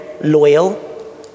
loyal